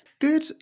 Good